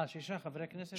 אה, שישה חברי כנסת.